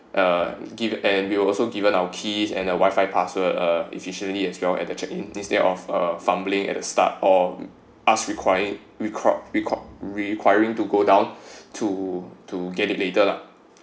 uh give and we will also given our keys and a wifi password uh efficiently as well at the check in instead of uh fumbling at the start or asked required req~ req~ requiring to go down to to get it later lah